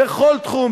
בכל תחום,